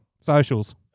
Socials